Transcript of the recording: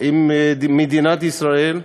עם מדינת ישראל.